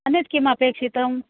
अन्यत् किम् अपेक्षितम्